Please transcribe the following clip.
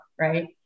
right